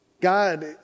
God